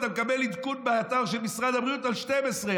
ואתה מקבל עדכון באתר של משרד הבריאות על 12,